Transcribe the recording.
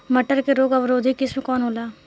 मटर के रोग अवरोधी किस्म कौन होला?